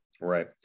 Right